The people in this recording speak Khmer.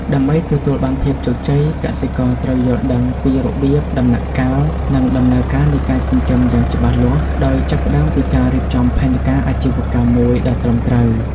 ដើម្បីទទួលបានភាពជោគជ័យ កសិករត្រូវយល់ដឹងពីរបៀប ដំណាក់កាល និងដំណើរការនៃការចិញ្ចឹមយ៉ាងច្បាស់លាស់ ដោយចាប់ផ្តើមពីការរៀបចំផែនការអាជីវកម្មមួយដ៏ត្រឹមត្រូវ។